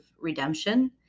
redemption